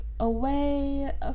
Away